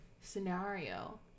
scenario